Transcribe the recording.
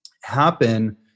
happen